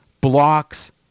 blocks